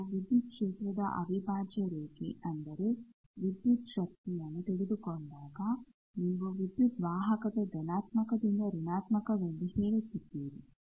ನಾವು ವಿದ್ಯುತ್ ಕ್ಷೇತ್ರದ ಅವಿಭಾಜ್ಯ ರೇಖೆ ಅಂದರೆ ವೀದ್ಯುತ್ ಶಕ್ತಿಯನ್ನು ತೆಗೆದುಕೊಂಡಾಗನೀವು ವಿದ್ಯುತ್ ವಾಹಕದ ಧನಾತ್ಮಕದಿಂದ ಋಣಾತ್ಮಕವೆಂದು ಹೇಳುತ್ತಿದ್ದೀರಿ